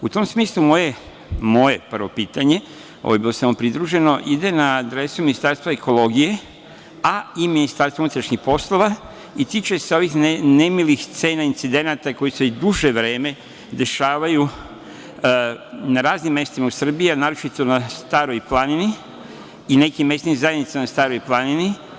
U tom smislu moje, moje prvo pitanje, ovo je bilo samo pridruženo, ide na adresu Ministarstva ekologije, a i Ministarstva unutrašnjih poslova i tiče se ovih nemilih scena i incidenata koji se duže vreme dešavaju na raznim mestima u Srbiji, a naročito na Staroj planini i nekim mesnim zajednicama na Staroj planini.